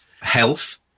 health